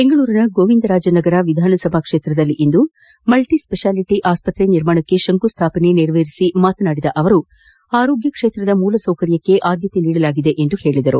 ಬೆಂಗಳೂರಿನ ಗೋವಿಂದರಾಜನಗರ ವಿಧಾನಸಭಾ ಕ್ಷೇತ್ರದಲ್ಲಿಂದು ಮಲ್ಲಿಸ್ವೆಷಾಲಿಟಿ ಆಸ್ಪತ್ರೆ ನಿರ್ಮಾಣಕ್ಕೆ ಶಂಕು ಸ್ಥಾಪನೆ ನೆರವೇರಿಸಿ ಮಾತನಾಡಿದ ಅವರು ಆರೋಗ್ಯ ಕ್ಷೇತ್ರದ ಮೂಲ ಸೌಕರ್ಯಕ್ಕೆ ಆದ್ಯತೆ ನೀಡಲಾಗಿದೆ ಎಂದು ಹೇಳಿದರು